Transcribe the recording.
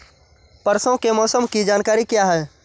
परसों के मौसम की जानकारी क्या है?